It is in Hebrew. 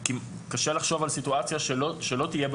קשה לחשוב על סיטואציה שלא תהיה בה